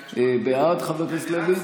בעד, חבר הכנסת לוי?